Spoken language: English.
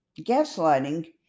gaslighting